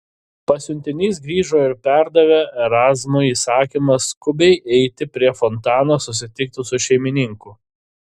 pasiuntinys grįžo ir perdavė erazmui įsakymą skubiai eiti prie fontano susitikti su šeimininku